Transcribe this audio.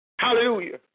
Hallelujah